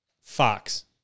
Fox